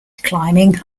climbing